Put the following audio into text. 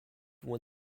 when